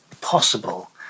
possible